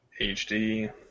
HD